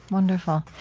wonderful.